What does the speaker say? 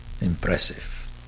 Impressive